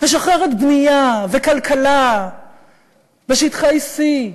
משחררת בנייה וכלכלה בשטחי C,